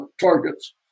targets